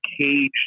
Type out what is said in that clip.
caged